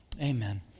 amen